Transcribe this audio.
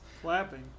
Clapping